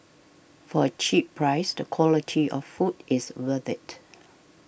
for a cheap price the quality of food is worth it